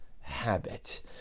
habit